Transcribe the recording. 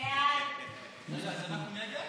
מי נגד?